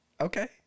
Okay